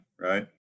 right